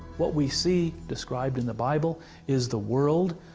what we see described in the bible is the world,